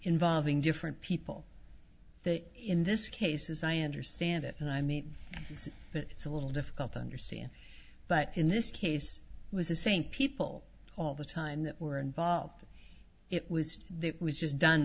involving different people in this case as i understand it and i mean it's it's a little difficult to understand but in this case it was a saint people all the time that were involved it was